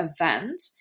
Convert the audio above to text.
event